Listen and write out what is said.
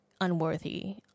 unworthy